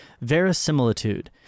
Verisimilitude